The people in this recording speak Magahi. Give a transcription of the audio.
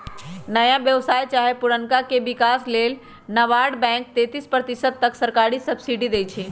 नया व्यवसाय चाहे पुरनका के विकास लेल नाबार्ड बैंक तेतिस प्रतिशत तक सरकारी सब्सिडी देइ छइ